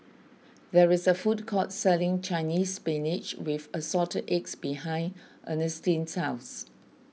there is a food court selling Chinese Spinach with Assorted Eggs behind Ernestine's house